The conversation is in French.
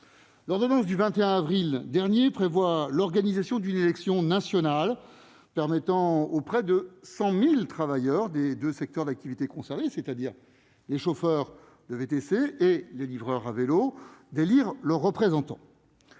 L'ordonnance du 21 avril dernier prévoit l'organisation d'une élection nationale, permettant aux près de 100 000 travailleurs des deux secteurs d'activité concernés, c'est-à-dire les chauffeurs de VTC et les livreurs à vélo, d'élire leurs représentants.